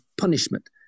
punishment